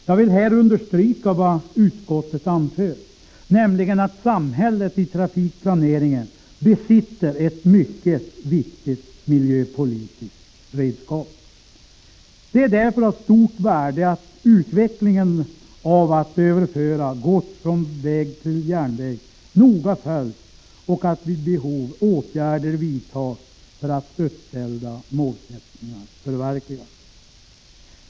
Jag vill här understryka vad utskottet anför, nämligen att samhället i trafikplaneringen besitter ett mycket viktigt miljöpolitiskt redskap. Det är därför av stort värde att utvecklingen när det gäller att överföra gods från väg till järnväg noga följs och att vid behov åtgärder vidtas för att uppställda målsättningar skall kunna förverkligas.